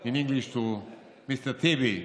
in English to Mr. Tibi: